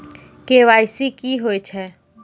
KYC की होय छै?